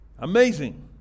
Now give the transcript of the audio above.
Amazing